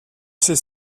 sais